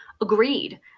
agreed